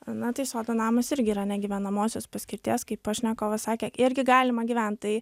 na tai sodo namas irgi yra negyvenamosios paskirties kaip pašnekovas sakė irgi galima gyvent tai